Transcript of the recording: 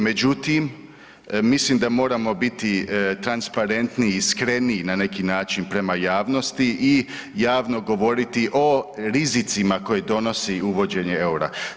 Međutim, mislim da moramo biti transparentni i iskreni na neki način prema javnosti i javno govoriti o rizicima koje donosi uvođenje EUR-a.